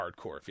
hardcore